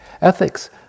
Ethics